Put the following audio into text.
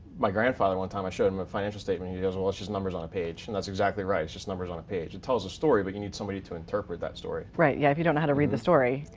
my grandfather, one time i showed him a financial statement. he doesn't watch his numbers on a page, and that's exactly right. it's just numbers on a page. it tells a story but you need somebody to interpret that story. right, yeah, if you don't know how to read the story.